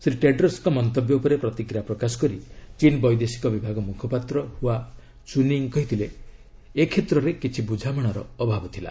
ଶ୍ରୀ ଟେଡ୍ରସ୍ଙ୍କ ମନ୍ତବ୍ୟ ଉପରେ ପ୍ରତିକ୍ରିୟା ପ୍ରକାଶ କରି ଚୀନ୍ ବୈଦେଶିକ ବିଭାଗ ମୁଖପାତ୍ର ହୁଆ ଚୁନୀୟିଙ୍ଗ୍ କହିଥିଲେ ଏ କ୍ଷେତ୍ରରେ କିଛି ବୁଝାମଣାର ଅଭାବ ଥିଲା